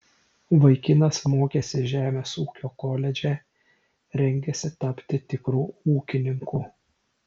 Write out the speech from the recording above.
vaikinas mokėsi žemės ūkio koledže rengėsi tapti tikru ūkininku